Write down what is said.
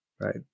right